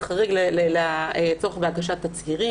זה חריג לצורך בהגשת תצהירים.